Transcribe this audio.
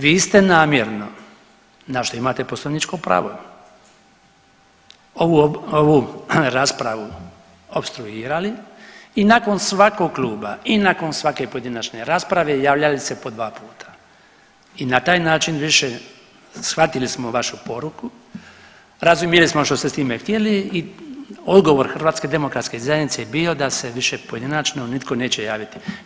Vi ste namjerno, na što imate poslovničko pravo, ovu raspravu opstruirali i nakon svakog kluba i nakon svake pojedinačne rasprave javljali se po 2 puta i na taj način više, shvatili smo vašu poruku, razumjeli smo što ste s time htjeli i odgovor HDZ-a je bio da se više pojedinačno nitko neće javiti.